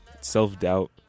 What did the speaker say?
self-doubt